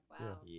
wow